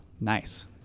Nice